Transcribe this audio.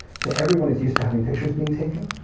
so everyone is used to having pictures be taken,